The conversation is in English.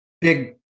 big